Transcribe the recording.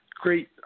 Great